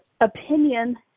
opinion